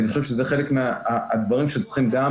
ואני חושב שזה חלק מהדברים שצריכים גם